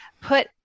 put